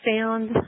found